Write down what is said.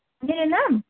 मेरो नाम